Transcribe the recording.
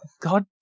God